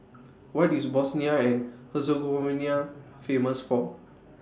What IS Bosnia and Herzegovina Famous For